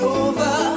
over